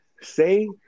Say